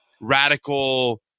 radical